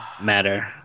matter